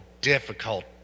difficult